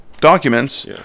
documents